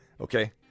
okay